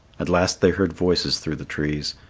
at last they heard voices through the trees,